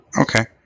Okay